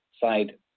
side